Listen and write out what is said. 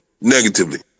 negatively